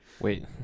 Wait